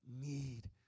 need